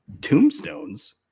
tombstones